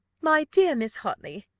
my dear miss hartley,